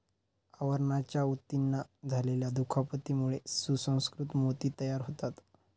आवरणाच्या ऊतींना झालेल्या दुखापतीमुळे सुसंस्कृत मोती तयार होतात